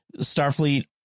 Starfleet